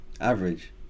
Average